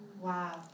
Wow